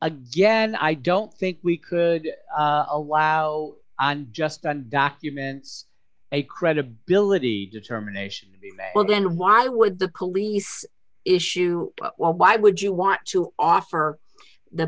again i don't think we could allow on just that documents a credibility determination well then why would the police issue well why would you want to offer the